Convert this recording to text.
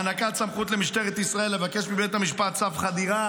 הענקת סמכות למשטרת ישראל לבקש מבית המשפט צו חדירה